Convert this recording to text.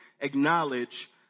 acknowledge